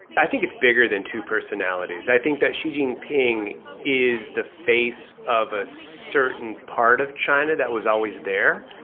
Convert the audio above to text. i think it's bigger than two personalities. i think that xi jinping is the face of a certain part of china that was always there,